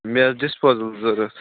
مےٚ ٲسۍ ڈِسپوزَل ضروٗرت